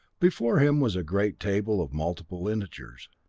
before him was a great table of multiple integers,